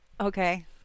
Okay